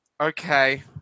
okay